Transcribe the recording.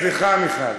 סליחה, מיכל.